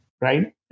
right